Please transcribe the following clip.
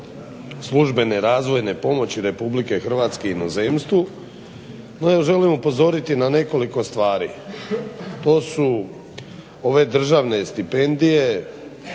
službene razvojne pomoći RH inozemstvu. No, ja želim upozoriti na nekoliko stvari, to su ove državne stipendije,